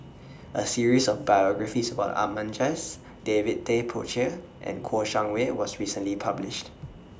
A series of biographies about Ahmad Jais David Tay Poey Cher and Kouo Shang Wei was recently published